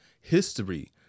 history